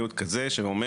זה בחינם.